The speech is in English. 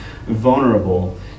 Vulnerable